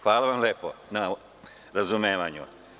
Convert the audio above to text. Hvala vam lepo na razumevanju.